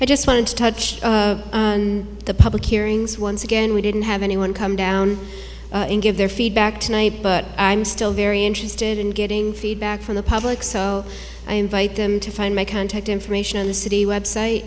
i just wanted to touch on the public hearings once again we didn't have anyone come down and give their feedback tonight but i'm still very interested in getting feedback from the public so i invite them to find my contact information the city website